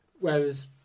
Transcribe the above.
Whereas